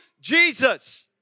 Jesus